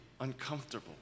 uncomfortable